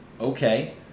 Okay